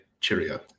Cheerio